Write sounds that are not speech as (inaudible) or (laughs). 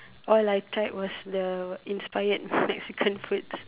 all I tried was the inspired (laughs) Mexican foods